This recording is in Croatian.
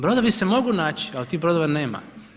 Brodovi se mogu naći, ali tih brodova nema.